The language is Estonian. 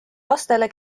lastele